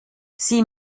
sie